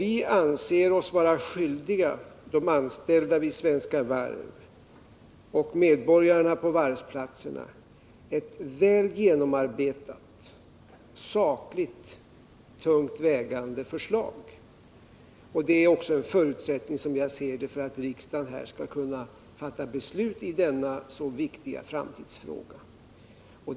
Vi anser oss nämligen vara skyldiga de anställda vid Svenska Varv och de övriga medborgarna på varvsplatserna ett väl genomarbetat, sakligt tungt vägande förslag. Som jag ser det är det också en förutsättning för att riksdagen skall kunna fatta beslut i denna så viktiga framtidsfråga.